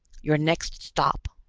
your next stop.